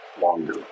longer